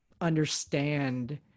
understand